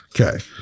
Okay